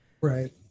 Right